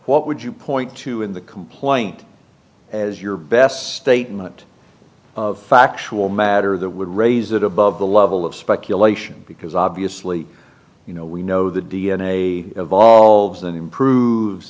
what would you point to in the complaint as your best statement of factual matter that would raise it above the level of speculation because obviously you know we know the d n a evolves and improves